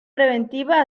preventiva